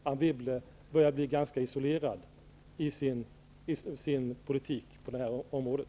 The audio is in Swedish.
Anne Wibble börjar bli ganska isolerad i sin politik på det här området.